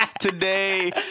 today